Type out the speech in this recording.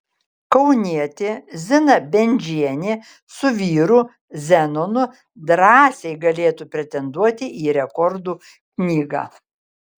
kaunietė zina bendžienė su vyru zenonu drąsiai galėtų pretenduoti į rekordų knygą